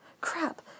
crap